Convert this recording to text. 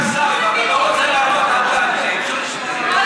אדוני סגן השר, אם אתה לא רוצה לענות, אל